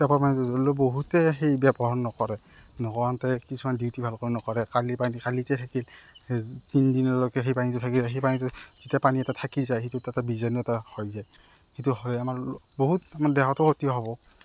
টেপৰ পানীটো বহুতে সেই ব্যৱহাৰ নকৰে তিনদিনলৈকে সেই পানীটো থাকিলে সেই পানীটো থাকি যায় সেই তাতে বিজল এটা হয় যায় সেইটো হ'লে আমাৰ বহুত আমাৰ দেহৰো ক্ষতি হ'ব